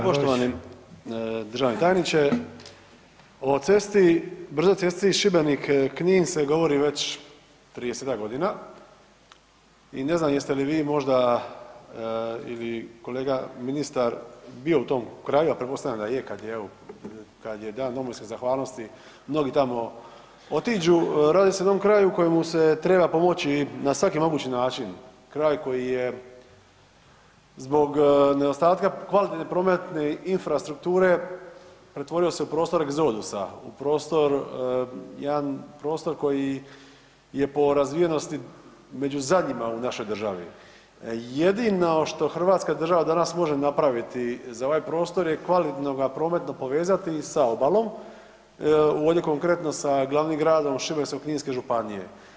Poštovani državni tajniče o cesti, brzoj cesti Šibenik-Knin se govori već 30-tak godina i ne znam jeste li vi možda ili kolega ministar bio u tom kraju, a pretpostavljam da je kad je evo kad je dan Domovinske zahvalnosti, mnogi tamo otiđu, radi se o jednom kraju kojemu se treba pomoći na svaki mogući način, kraj koji je zbog nedostatka kvalitetne prometne infrastrukture pretvorio se u prostor egzodusa, u prostor jedan prostor koji je po razvijenosti među zadnjima u našoj državi, jedino što hrvatska država danas može napraviti za ovaj prostor je kvalitetno ga prometno povezati sa obalom, ovdje konkretno sa glavnim gradom Šibensko-kninske županije.